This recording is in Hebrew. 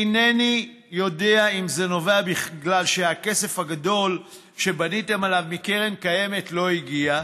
אינני יודע אם זה בגלל שהכסף הגדול שבניתם עליו מקרן קיימת לא הגיע,